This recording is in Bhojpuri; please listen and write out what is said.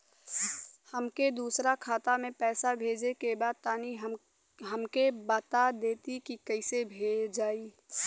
हमके दूसरा खाता में पैसा भेजे के बा तनि हमके बता देती की कइसे भेजाई?